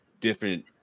different